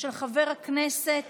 של חבר הכנסת